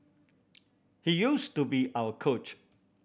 he used to be our coach